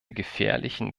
gefährlichen